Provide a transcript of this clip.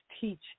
teach